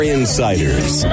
Insiders